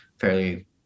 fairly